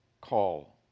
call